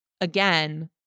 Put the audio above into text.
Again